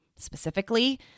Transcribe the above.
specifically